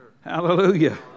Hallelujah